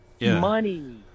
money